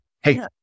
Hey